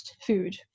food